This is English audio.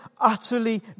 utterly